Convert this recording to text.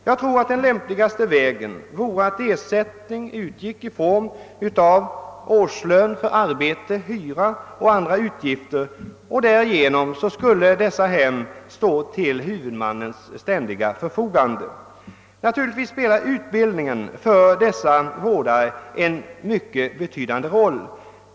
Jag tror att den lämpligaste vägen vore att ersättning utgick i form av årslön för arbete, hyra och andra utgifter. Därigenom skulle dessa hem stå till huvudmännens ständiga förfogande. Naturligtvis spelar utbildningen för dessa vårdare en mycket betydande roll.